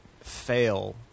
fail